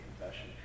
confession